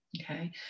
Okay